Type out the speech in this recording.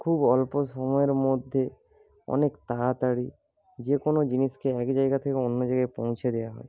খুব অল্প সময়ের মধ্যে অনেক তাড়াতাড়ি যে কোনো জিনিসকে এক জায়গা থেকে অন্য জায়গায় পৌঁছে দেওয়া হয়